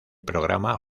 programa